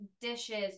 dishes